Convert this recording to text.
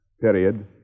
Period